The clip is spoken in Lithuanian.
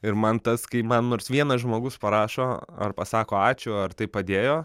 ir man tas kai man nors vienas žmogus parašo ar pasako ačiū ar tai padėjo